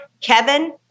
Kevin